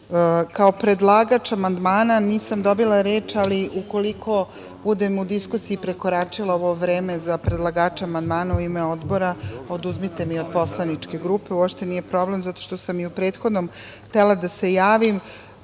kao predlagač amandmana nisam dobila reč ali ukoliko budem u diskusiji prekoračila ovo vreme za predlagača amandmana u ime Odbora, oduzmite mi od poslaničke grupe. Uopšte nije problem, zato što sam i u prethodnom htela da se javnim